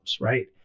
right